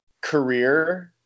career –